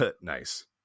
Nice